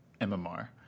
MMR